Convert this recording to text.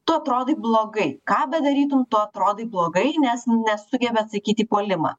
tu atrodai blogai ką bedarytum tu atrodai blogai nes nesugebi atsakyti į puolimą